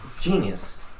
genius